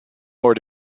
more